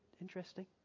interesting